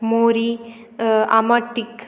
मोरी आमट तीख